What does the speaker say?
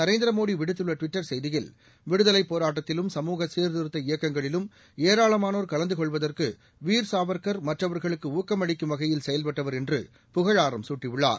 நரேந்திரமோடிவிடுத்துள்ளடுவிட்டர் செய்தியில் விடுதலைபோராட்டத்திலும் சமூக சீர்திருத்த இயக்கங்களிலும் ஏராளமானோர் கலந்துகொள்வதற்கு வீர்சாவர்க்கர்மற்றவர்களுக்குணக்கமளிக்கும் வகையில் செயல்பட்டவர் என்று புகழாராம் சூட்டியுள்ளார்